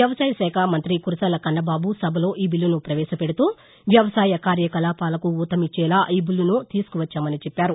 వ్యవసాయశాఖ మంత్రి కురసాల కన్నబాబు సభలో ఈ బిల్లను ప్రపేశపెడుతూ వ్యవసాయ కార్యకలాపాలకు ఊతమిచ్చేలా ఈ బిల్లను తీసుకువచ్చామని చెప్పారు